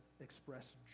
express